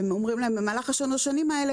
הם אומרים להם: במהלך שלוש השנים האלה,